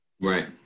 Right